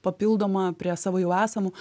papildomą prie savo jau esamų